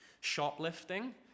shoplifting